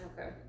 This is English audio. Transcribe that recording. Okay